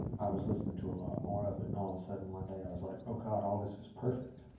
i was listening to a lot more of it. and all of a sudden, one day, i was, like, oh, god, all this is perfect.